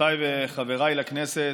חברותיי וחבריי לכנסת,